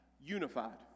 unified